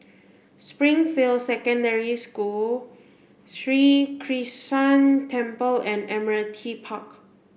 Springfield Secondary School Sri Krishnan Temple and Admiralty Park